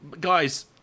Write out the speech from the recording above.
Guys